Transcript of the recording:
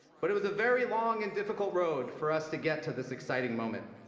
but it was a very long and difficult road for us to get to this exciting moment.